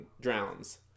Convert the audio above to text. drowns